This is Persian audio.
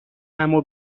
همو